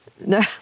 No